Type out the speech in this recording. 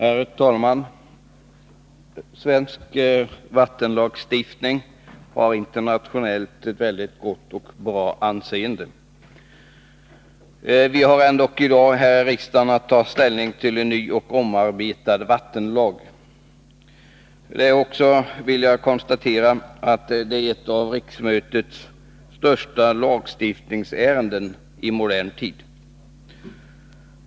Herr talman! Svensk vattenlagstiftning har internationellt ett mycket gott anseende. Ändå har vi här i riksdagen i dag att ta ställning till en ny och omarbetad vattenlag. Jag konstaterar att detta är ett av riksdagens största lagstiftningsärenden i modern tid.